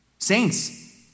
Saints